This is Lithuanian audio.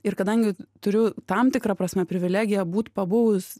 ir kadangi turiu tam tikra prasme privilegiją būti pabuvus